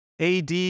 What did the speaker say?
AD